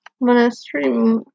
Monastery